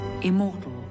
immortal